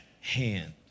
hand